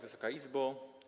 Wysoka Izbo!